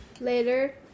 Later